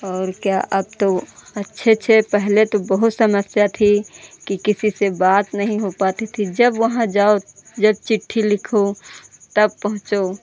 और क्या अब तो अच्छे अच्छे पहले तो बहुत समस्या थी कि किसी से बात नहीं हो पाती थी जब वहाँ जाओ जब चिट्ठी लिखो तब पहुँचों